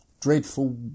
dreadful